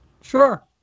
Sure